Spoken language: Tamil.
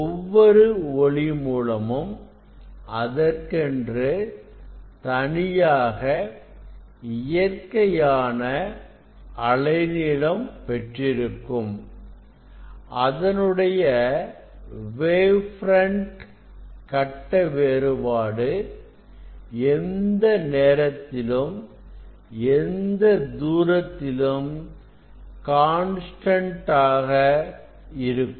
ஒவ்வொரு ஒளி மூலமும் அதற்கென்று தனியாக இயற்கையான அலை நீளம் பெற்றிருக்கும் அதனுடைய வேவ் பிரண்ட் கட்ட வேறுபாடு எந்த நேரத்திலும் எந்த தூரத்திலும்கான்ஸ்டன்டைன் இருக்கும்